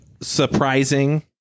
surprising